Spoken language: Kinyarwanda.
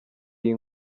iyi